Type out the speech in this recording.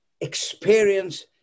experience